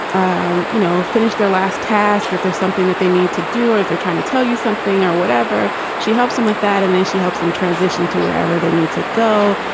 um you know, finished their last task. if there's something that they need to do or if they're trying to tell you something or whatever, she helps them with that and then she helps them transition to wherever they need to go.